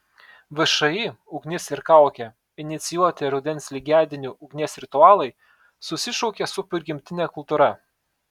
všį ugnis ir kaukė inicijuoti rudens lygiadienių ugnies ritualai susišaukia su prigimtine kultūra